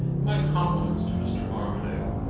my compliments to mr. armadale,